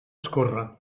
escórrer